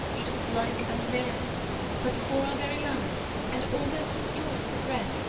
it was like a miracle but before our very eyes, and almost in the drawing of a breath,